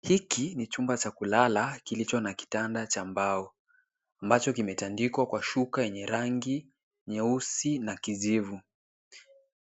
Hiki ni chumba cha kulala kilicho na kitanda cha mbao ambacho kimetandikwa kwa shuka yenye rangi nyeusi na kijivu.